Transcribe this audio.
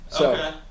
Okay